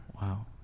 wow